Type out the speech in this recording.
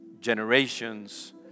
generations